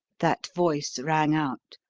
that voice rang out.